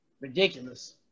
ridiculous